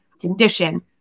condition